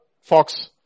fox